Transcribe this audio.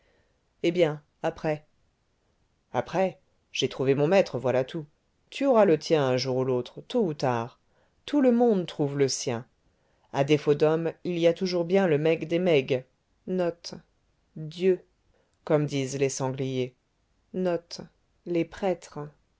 eh bien après après j'ai trouvé mon maître voilà tout tu auras le tien un jour ou l'autre tôt ou tard tout le monde trouve le sien à défaut d'hommes il y a toujours bien le meg des megs comme disent les sangliers